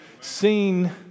seen